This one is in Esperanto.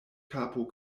kapo